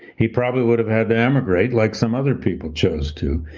he probably would have had to emigrate, like some other people chose to.